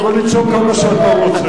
אתה יכול לצעוק כמה שאתה רוצה.